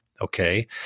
Okay